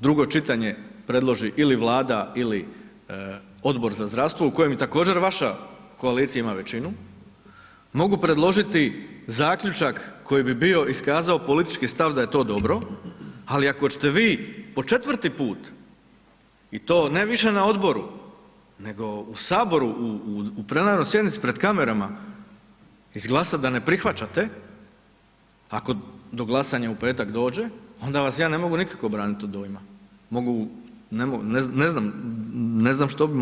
drugo čitanje predloži ili Vlada Odbor za zdravstvo u kojem također vaša koalicija ima većinu, mogu predložiti zaključak koji bi bio iskazao politički stav da je to dobro ali ako ćete vi po četvrti put i to ne više na odboru nego u Saboru u plenarnoj sjednici pred kamerama, izglasat da ne prihvaćate, ako do glasanja u petak dođe, ona vas ja ne mogu nikako branit od dojma, ne znam što bi.